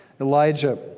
Elijah